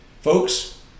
folks